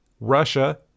Russia